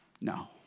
No